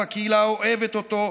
והקהילה אוהבת אותו,